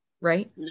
right